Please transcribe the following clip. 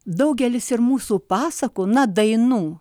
daugelis ir mūsų pasakų na dainų